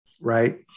right